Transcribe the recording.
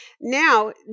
now